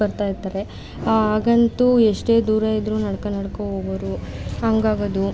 ಬರ್ತಾಯಿರ್ತಾರೆ ಆಗಂತೂ ಎಷ್ಟೇ ದೂರ ಇದ್ರೂ ನಡ್ಕೊಂಡು ನಡ್ಕೊಂಡು ಹೋಗೋರು ಹಂಗೆ ಆಗೋದು